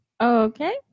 okay